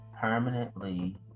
permanently